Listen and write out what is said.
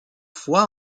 fois